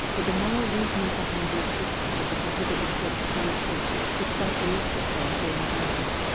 the the moral reasoning behind the existence of the prohibited books still exist despite the list itself being abandoned.